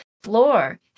Floor